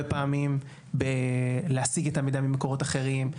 פעמים בלהשיג את המידע ממקורות אחרים.